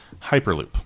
Hyperloop